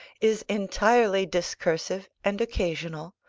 is entirely discursive and occasional,